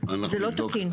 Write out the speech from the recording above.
זה לא תקין.